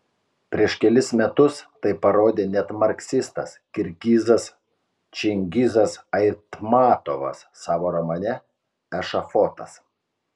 prieš kelis metus tai parodė net marksistas kirgizas čingizas aitmatovas savo romane ešafotas